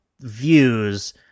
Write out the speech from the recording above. views